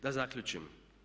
Da zaključim.